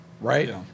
right